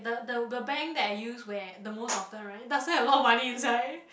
the the bank that I use where the most often right doesn't have a lot of money inside